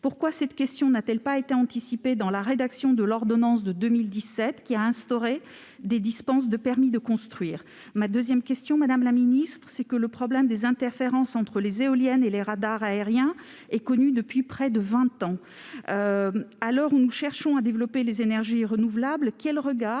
Pourquoi la question n'a-t-elle pas été anticipée dans la rédaction de l'ordonnance de 2017, qui a instauré des dispenses de permis de construire ? Deuxièmement, le problème des interférences entre les éoliennes et les radars aériens est connu depuis près de vingt ans. À l'heure où nous cherchons à développer les énergies renouvelables, quel est